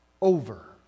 over